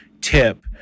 tip